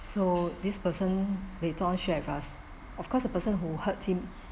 so this person later on shared with us of course the person who hurt him